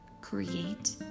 Create